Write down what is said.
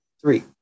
Three